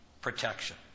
protection